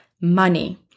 money